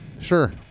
Sure